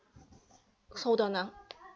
hold on ah